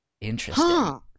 interesting